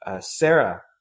Sarah